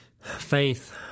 Faith